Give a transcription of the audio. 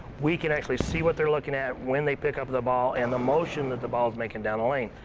we can actually see what they're looking at, when they pick up the ball and the motion the the ball's making making down the lane.